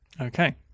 okay